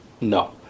No